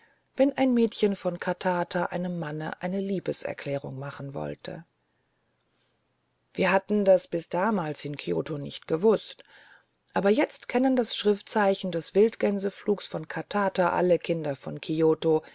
wenn ein mädchen von katata einem manne eine liebeserklärung machen wollte wir hatten das bis damals in kioto nicht gewußt aber jetzt kennen das schriftzeichen des wildgänsefluges von katata alle kinder von kioto